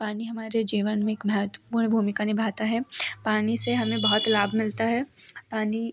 पानी हमारे जीवन में एक महतपूर्ण भूमिका निभाता है पानी से हमें बहुत लाभ मिलता है पानी